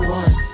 one